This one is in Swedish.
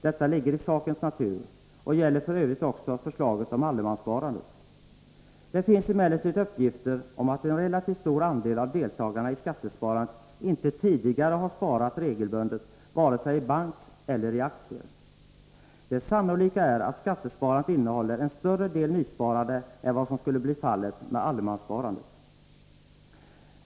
Detta ligger i sakens natur och gäller f. ö. också förslaget om allemanssparande. Det finns emellertid uppgifter om att en relativt stor andel av deltagarna i skattesparandet inte tidigare har sparat regelbundet vare sig i bank eller i aktier. Det sannolika är att skattesparandet leder till en större del nysparande är vad som skulle bli fallet med allemanssparandet.